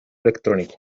electrónico